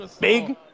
Big